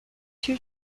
two